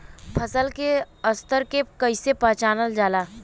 फसल के स्तर के कइसी पहचानल जाला